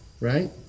Right